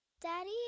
Daddy